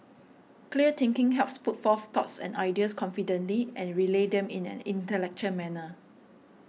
clear thinking helps put forth thoughts and ideas confidently and relay them in an intellectual manner